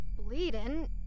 bleeding